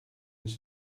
his